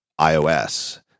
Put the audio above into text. iOS